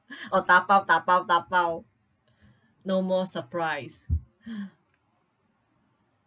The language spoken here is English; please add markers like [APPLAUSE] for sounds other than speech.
or dabao dabao dabao no more surprise [LAUGHS]